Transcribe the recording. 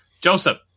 Joseph